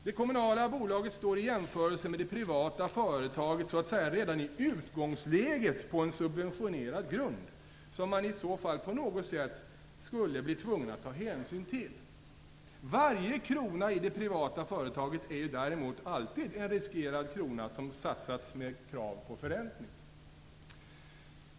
Det kommunala bolaget står i jämförelse med det privata företaget redan i utgångsläget på en subventionerad grund som man i så fall på något sätt skulle vara tvungen att ta hänsyn till. Varje krona i det privata företaget är däremot alltid en riskerad krona som satsats med krav på förräntning.